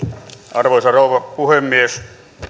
arvoisa rouva puhemies